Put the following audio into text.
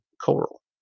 coral